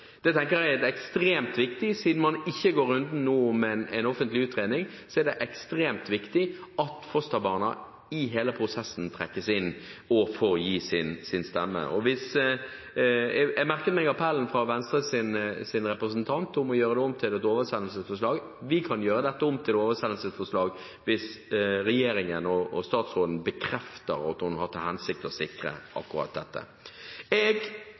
stemme. Og jeg merket meg appellen fra Venstres representant om å gjøre dette om til et oversendelsesforslag. Vi kan gjøre dette om til et oversendelsesforslag hvis regjeringen og statsråden bekrefter at hun har til hensikt å sikre akkurat dette. Jeg